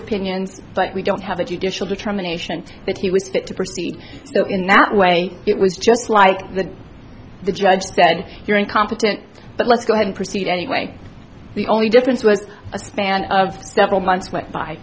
opinions but we don't have a judicial determination that he was fit to proceed so in that way it was just like the the judge ben you're incompetent but let's go ahead and proceed anyway the only difference was a span of several months went by